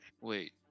Wait